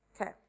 Okay